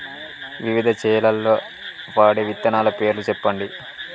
వివిధ చేలల్ల వాడే విత్తనాల పేర్లు చెప్పండి?